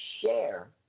share